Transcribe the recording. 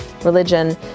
religion